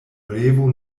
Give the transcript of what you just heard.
revo